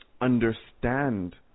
understand